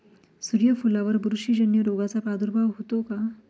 सूर्यफुलावर बुरशीजन्य रोगाचा प्रादुर्भाव होतो का?